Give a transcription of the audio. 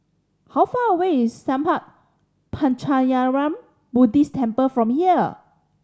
how far away is Sattha Puchaniyaram Buddhist Temple from here